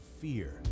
fear